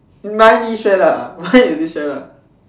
mine mine is